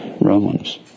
Romans